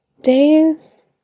Days